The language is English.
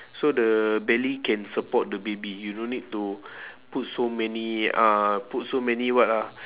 so the belly can support the baby you don't need to put so many uh put so many what ah